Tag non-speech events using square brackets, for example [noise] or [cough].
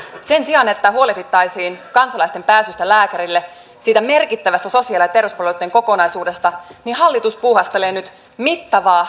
sen sijaan että huolehdittaisiin kansalaisten pääsystä lääkärille siitä merkittävästä sosiaali ja terveyspalveluitten kokonaisuudesta hallitus puuhastelee nyt mittavaa [unintelligible]